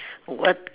what